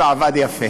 ועבד יפה.